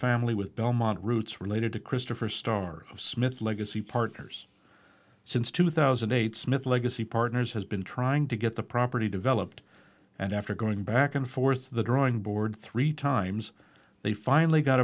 family with belmont roots related to christopher star of smith legacy partners since two thousand and eight smith legacy partners has been trying to get the property developed and after going back and forth the drawing board three times they finally got